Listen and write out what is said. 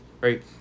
right